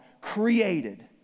created